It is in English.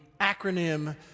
acronym